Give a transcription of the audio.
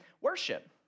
worship